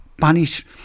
punish